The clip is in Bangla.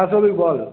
হ্যাঁ সৌমিক বল